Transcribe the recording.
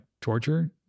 torture